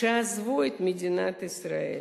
שעזבו את מדינת ישראל